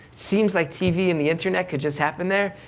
seems like tv and the internet could just happen there,